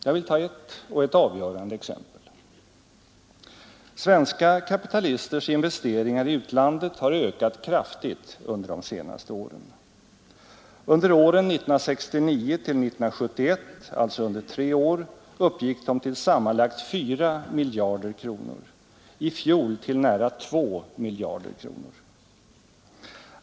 Jag vill ta ett men ett avgörande exempel. Svenska kapitalisters investeringar i utlandet har ökat kraftigt under de senaste åren. Under åren 1969—1971 uppgick de till sammanlagt 4 miljarder kronor, i fjol till nära 2 miljarder kronor.